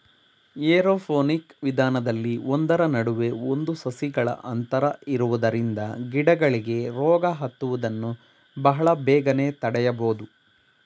aeroponic ವಿಧಾನದಲ್ಲಿ ಒಂದರ ನಡುವೆ ಒಂದು ಸಸಿಗಳ ಅಂತರ ಇರುವುದರಿಂದ ಗಿಡಗಳಿಗೆ ರೋಗ ಹತ್ತುವುದನ್ನು ಬಹಳ ಬೇಗನೆ ತಡೆಯಬೋದು